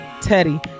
Teddy